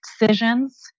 decisions